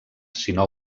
sinó